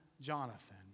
Jonathan